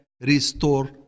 restore